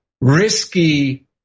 risky